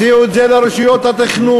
הציעו את זה לרשויות התכנון,